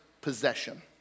possession